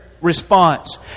response